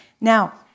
Now